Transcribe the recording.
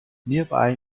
nearby